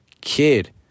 Kid